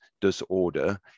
disorder